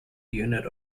unit